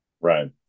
Right